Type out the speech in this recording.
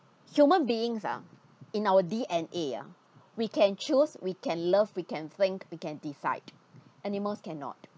human beings ah in our D_N_A ah we can choose we can love we can think we can decide animals cannot